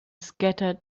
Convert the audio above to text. scattered